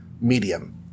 medium